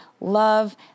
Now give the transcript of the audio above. love